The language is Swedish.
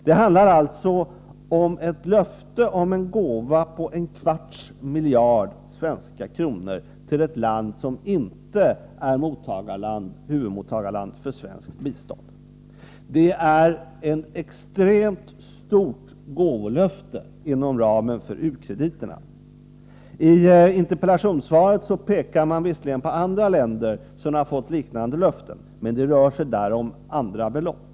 Det handlar alltså om ett löfte om en gåva på en kvarts miljard svenska kronor till ett land som inte är huvudmottagarland för svenskt bistånd. Det är ett extremt stort gåvolöfte inom ramen för u-krediterna. I interpellationssvaret pekar man visserligen på andra länder som har fått liknande löften, men det rör sig där om andra belopp.